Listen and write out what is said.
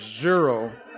zero